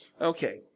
Okay